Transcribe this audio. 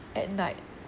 at night